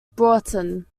broughton